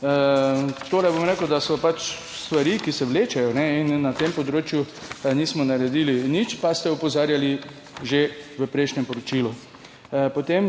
Bom rekel, da so pač stvari, ki se vlečejo in na tem področju nismo naredili nič, pa ste opozarjali že v prejšnjem poročilu. Potem